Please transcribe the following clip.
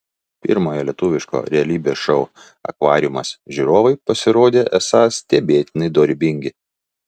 pirmojo lietuviško realybės šou akvariumas žiūrovai pasirodė esą stebėtinai dorybingi